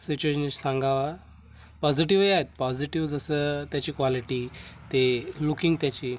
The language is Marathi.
सिच्युएनश सांगावा पॉझिटिवही आहेत पॉझिटिव जसं त्याची क्वालिटी ते लुकिंग त्याची